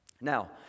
Now